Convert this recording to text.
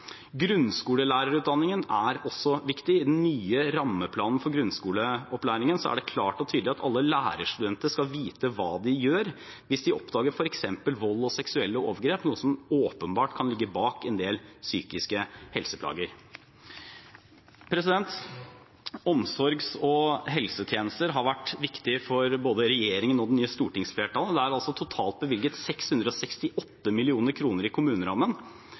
Grunnskolelærerutdanningen er også viktig. I den nye rammeplanen for grunnskoleopplæringen er det klart og tydelig at alle lærerstudenter skal vite hva de gjør hvis de oppdager f.eks. vold og seksuelle overgrep, noe som åpenbart kan ligge bak en del psykiske helseplager. Omsorgs- og helsetjenester har vært viktig for både regjeringen og det nye stortingsflertallet. Det er altså totalt bevilget 668 mill. kr i kommunerammen